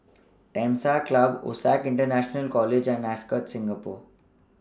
Temasek Club OSAC International College and Ascott Singapore